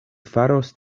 faros